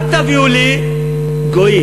אל תביאו לי גויים.